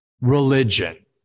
religion